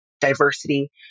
diversity